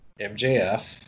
mjf